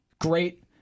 great